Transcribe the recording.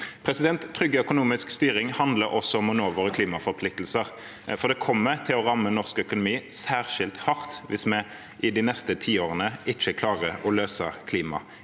Trygg økonomisk styring handler også om å nå våre klimaforpliktelser, for det kommer til å ramme norsk økonomi særskilt hardt hvis vi i de neste tiårene ikke klarer å løse klimakrisen.